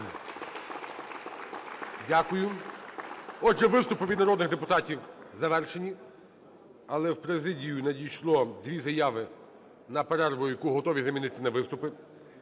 Дякую. Отже, виступи від народних депутатів завершені, але в президію надійшло дві заяви на перерву, яку готові замінити на виступи.